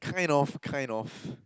kind of kind of